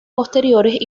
posteriores